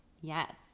Yes